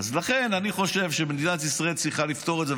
לכן אני חושב שמדינת ישראל צריכה לפתור את זה,